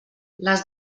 les